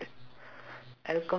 do not shake hard